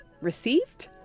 received